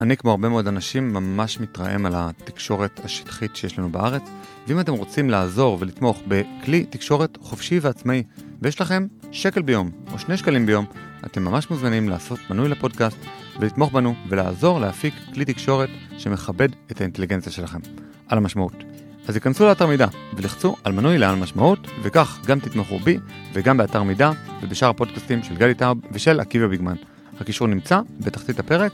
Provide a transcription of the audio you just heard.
אני, כמו הרבה מאוד אנשים, ממש מתרעם על התקשורת השטחית שיש לנו בארץ, ואם אתם רוצים לעזור ולתמוך בכלי תקשורת חופשי ועצמאי, ויש לכם שקל ביום או שני שקלים ביום, אתם ממש מוזמנים לעשות מנוי לפודקאסט, ולתמוך בנו ולעזור להפיק כלי תקשורת שמכבד את האינטליגנציה שלכם, על המשמעות. אז יכנסו לאתר מידע ולחצו על מנוי לעל משמעות, וכך גם תתמכו בי וגם באתר מידע ובשאר הפודקאסטים של גלי טאב ושל עקיבא ביגמן. הקישור נמצא בתחתית הפרק.